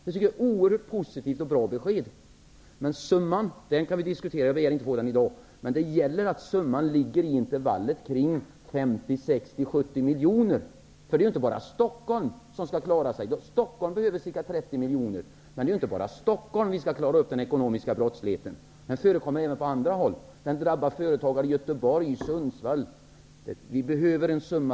Detta är ett oerhört positivt och bra besked. Summan kan vi diskutera -- jag begär inte att få besked om den i dag -- men det gäller att den ligger i intervallet kring 50, 60, 70 miljoner. Det är ju inte bara Stockholm som skall klaras. Stockholm behöver ca 30 miljoner, men det är ju inte bara i Stockholm som den ekonomiska brottsligheten skall klaras upp. Den förekommer även på andra håll. Den drabbar också företagare i Göteborg och Sundsvall. Vi behöver en summa,